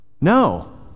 No